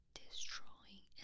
destroying